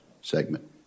segment